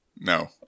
No